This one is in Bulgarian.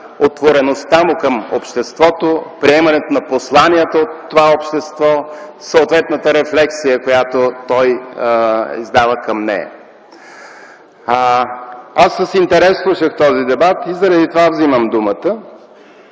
отвореността му към обществото, приемането на посланията от това общество, съответната рефлексия, която тъй издава към нея. С интерес слушах този дебат и заради това вземам думата.